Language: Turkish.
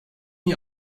iyi